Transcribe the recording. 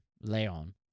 Leon